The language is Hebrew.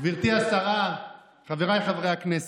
בלי הגבלה, גברתי השרה, חבריי חברי הכנסת,